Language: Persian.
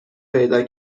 پیدا